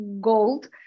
gold